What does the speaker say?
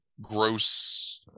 gross